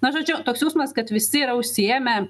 na žodžiu toks jausmas kad visi yra užsiėmę